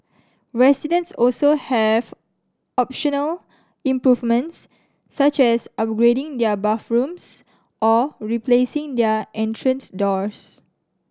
residents also have optional improvements such as upgrading their bathrooms or replacing their entrance doors